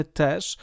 też